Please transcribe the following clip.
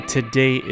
Today